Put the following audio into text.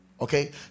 Okay